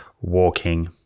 walking